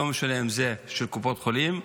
לא משנה אם הוא של קופות חולים,